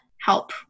help